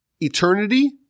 eternity